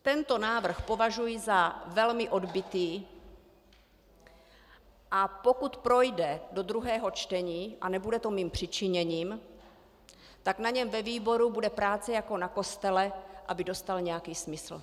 Tento návrh považuji za velmi odbytý, a pokud projde do druhého čtení, a nebude to mým přičiněním, tak na něm ve výboru bude práce jako na kostele, aby dostal nějaký smysl.